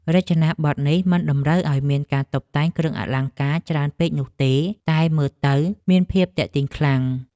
រចនាប័ទ្មនេះមិនតម្រូវឱ្យមានការតុបតែងគ្រឿងអលង្ការច្រើនពេកនោះទេ តែមើលទៅមានភាពទាក់ទាញខ្លាំង។